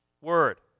word